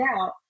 out